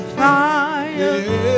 fire